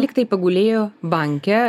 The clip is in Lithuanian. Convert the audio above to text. lygtai pagulėjo banke